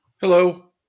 Hello